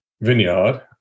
vineyard